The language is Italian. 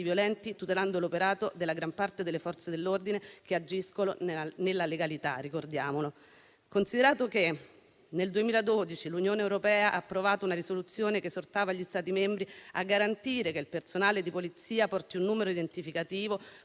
violenti tutelando l'operato della gran parte delle Forze dell'ordine che - ricordiamolo - agiscono nella legalità. Si consideri che nel 2012 l'Unione europea ha approvato una risoluzione che esortava gli Stati membri a garantire che il personale di polizia porti un numero identificativo,